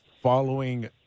following